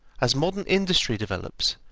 as modern industry develops,